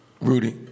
Rudy